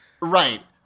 Right